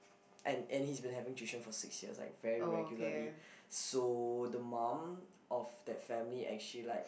and and he has been having tuition for six years like very regularly so the mum of that family actually like